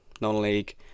non-league